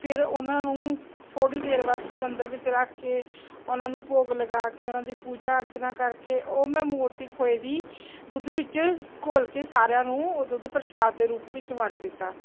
ਫਿਰ ਉਹਨਾਂ ਨੂੰ ਥੋੜ੍ਹੀ ਦੇਰ ਵਾਸਤੇ ਮੰਦਰ ਵਿੱਚ ਰੱਖ ਕੇ ਉਹਨਾਂ ਨੂੰ ਭੋਗ ਲਗਾ ਕੇ ਉਹਨਾਂ ਦੀ ਪੂਜਾ ਅਰਚਨਾ ਕਰਕੇ ਉਹ ਮੈਂ ਮੂਰਤੀ ਖੋਏ ਦੀ ਦੁੱਧ ਵਿੱਚ ਘੋਲ ਕੇ ਸਾਰਿਆਂ ਨੂੰ ਉਹ ਦੁੱਧ ਪ੍ਰਸ਼ਾਦ ਦੇ ਰੂਪ ਵਿੱਚ ਵੰਡ ਦਿੱਤਾ